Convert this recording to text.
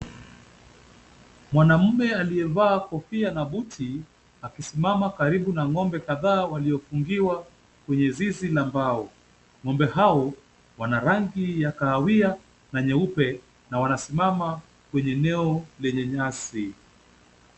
Mwanamume aliyevaa kofia na buti, akisimama karibu na ng'ombe kadhaa waliofungiwa kwenye zizi la mbao. Ng'ombe hao wana rangi ya kahawia na nyeupe na wanasimama kwenye eneo lenye nyasi.